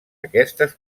aquestes